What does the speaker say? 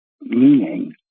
meaning